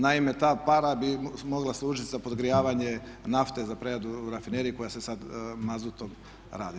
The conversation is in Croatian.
Naime, ta para bi mogla služiti za podgrijavanje nafte za preradu rafinerije koja se sada mazutom radi.